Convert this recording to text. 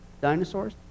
dinosaurs